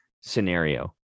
scenario